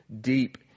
deep